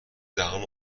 دهم